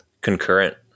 concurrent